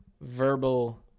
verbal